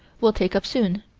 we'll take up soon.